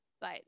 but-